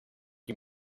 you